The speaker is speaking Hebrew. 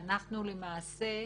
למעשה,